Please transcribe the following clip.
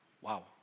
Wow